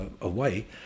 away